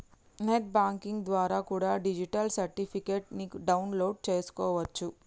net banking ద్వారా కూడా deposit certificates ని డౌన్ లోడ్ చేస్కోవచ్చు